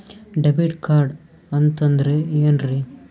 Debit card ಅಂತಂದ್ರೆ ಏನ್ರೀ?